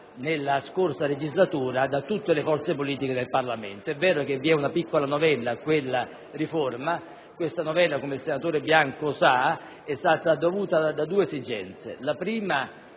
nella scorsa legislatura da tutte le forze politiche del Parlamento. È vero che vi è una piccola novella a quella riforma, la quale - come il senatore Bianco sa - è stata introdotta per due esigenze. In primo